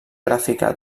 gràfica